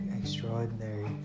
extraordinary